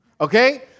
okay